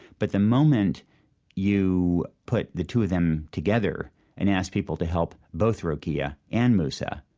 but the moment you put the two of them together and asked people to help both rokia and moussa,